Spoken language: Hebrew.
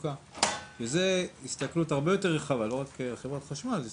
כנ"ל לגבי חדרה, גם שם